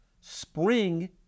Spring